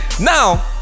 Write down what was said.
now